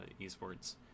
esports